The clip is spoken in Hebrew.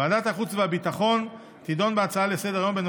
ועדת החוץ והביטחון תדון בהצעה לסדר-היום של